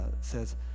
says